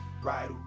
Right